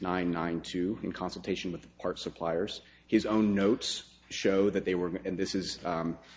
nine nine two in consultation with our suppliers his own notes show that they were and this is